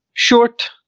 Short